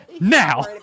now